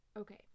okay